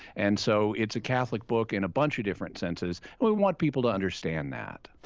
and so it's a catholic book in a bunch of different senses and we want people to understand that.